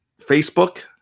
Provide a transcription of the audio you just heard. Facebook